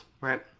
right